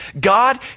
God